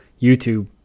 YouTube